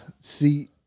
See